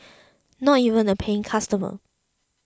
not even a paying customer